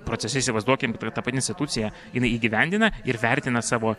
procese įsivaizduokim kad yra ta pati institucija jinai įgyvendina ir vertina savo